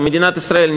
כמדינת ישראל,